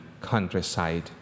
countryside